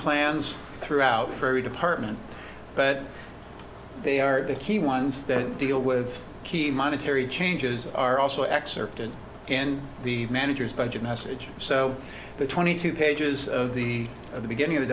plans throughout her department but they are the key ones that deal with key monetary changes are also excerpted in the manager's budget message so the twenty two pages of the of the beginning of the